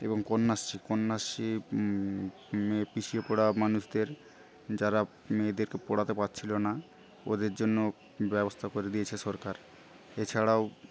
এবং কন্যাশ্রী কন্যাশ্রী পিছিয়ে পরা মানুষদের যারা মেয়েদেরকে পড়াতে পারছিল না ওদের জন্য ব্যবস্থা করে দিয়েছে সরকার এছাড়াও